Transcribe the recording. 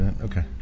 Okay